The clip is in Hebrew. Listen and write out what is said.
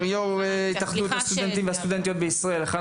יו"ר התאחדות הסטודנטים והסטודנטיות בישראל,